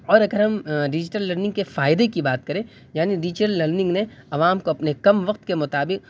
اور اگر ہم ڈیجیٹل لرننگ کے فائدے کی بات کریں یعنی ڈیجیٹل لرننگ نے عوام کو اپنے کم وقت کے مطابق